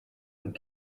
and